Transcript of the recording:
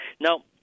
Now